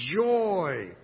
joy